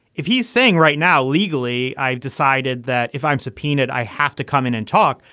if he's saying right now, legally, i've decided that if i'm subpoenaed, i have to come in and talk.